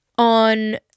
on